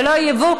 ולא יהיה ייבוא,